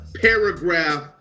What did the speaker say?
paragraph